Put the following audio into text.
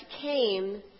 came